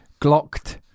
Glocked